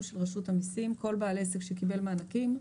של רשות המיסים כל בעל עסק שקיבל מענקים,